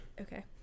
Okay